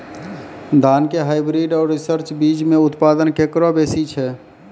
धान के हाईब्रीड और रिसर्च बीज मे उत्पादन केकरो बेसी छै?